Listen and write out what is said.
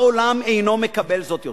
העולם אינו מקבל זאת יותר.